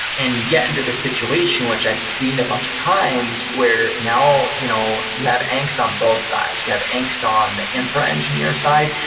and you get into this situation, which i've seen a bunch of times, where now you know you have angst on both sides. you have angst on the infra engineer side,